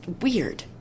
Weird